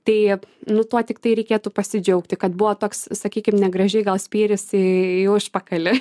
tai nu tuo tiktai reikėtų pasidžiaugti kad buvo toks sakykim negražiai gal spyris į į užpakalį